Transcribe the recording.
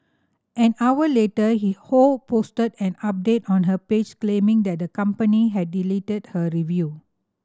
an hour later he Ho posted an update on her page claiming that the company had deleted her review